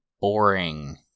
boring